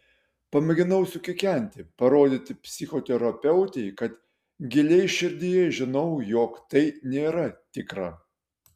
pamėginau sukikenti parodyti psichoterapeutei kad giliai širdyje žinau jog tai nėra tikra